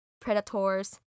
predators